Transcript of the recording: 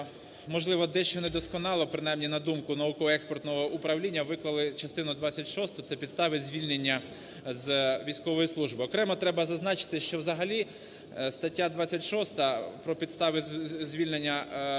можливо, дещо недосконало, принаймні на думку науково-експертного управління, виклали частину двадцять шосту, це підстави звільнення з військової служби. Окремо треба зазначити, що взагалі стаття 26 про підстави звільнення з військової служби